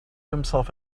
himself